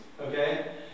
okay